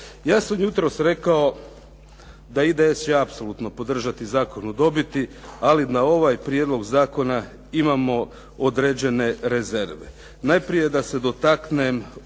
Ja sam od jutros rekao da IDS će apsolutno podržati Zakon o dobiti, ali na ovaj prijedlog zakona imamo određene rezerve. Najprije da se dotaknem